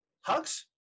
hugs